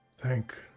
Thank